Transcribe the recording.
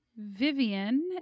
Vivian